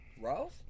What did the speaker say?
ross